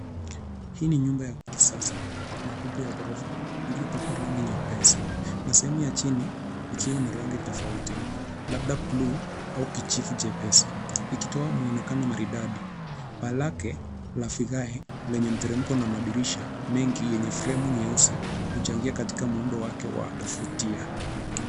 Hii ni nyumba ya kisasa na kubwa ya ghorofa iliyopandwa rangi nyepesi na u ya chini ikiwa na rangi tofauti labda bluu au kijivu nyepesi ikitoa muonekano maridadi. Paa lake la vigae lenye mteremko na madirisha mengi yenye fremu nyeusi huchagia katika muundo wake wa kuvutia.